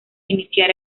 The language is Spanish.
iniciar